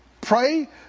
Pray